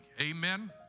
Amen